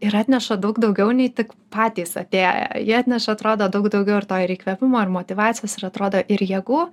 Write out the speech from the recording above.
ir atneša daug daugiau nei tik patys atėję jie atneša atrodo daug daugiau ir to ir įkvėpimo ir motyvacijos ir atrodo ir jėgų